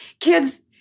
kids